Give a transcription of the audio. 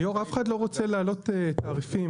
אף אחד לא רוצה להעלות את התעריפים.